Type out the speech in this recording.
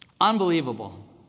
Unbelievable